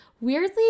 weirdly